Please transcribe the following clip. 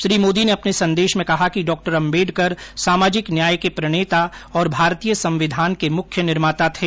श्री मोदी ने अपने संदेश में कहा कि डॉ आम्बेडकर सामाजिक न्याय के प्रणेता और भारतीय संविधान के मुख्य निर्माता थे